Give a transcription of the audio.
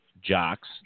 jocks